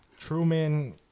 Truman